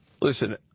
Listen